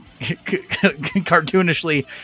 cartoonishly